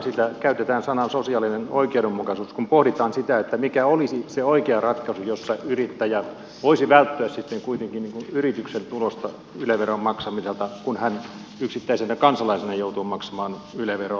täällä käytetään käsitettä sosiaalinen oikeudenmukaisuus kun pohditaan sitä mikä olisi se oikea ratkaisu jossa yrittäjä voisi välttyä sitten kuitenkin yle veron maksamiselta yrityksen tulosta kun hän yksittäisenä kansalaisena joutuu maksamaan yle veroa